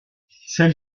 celle